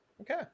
Okay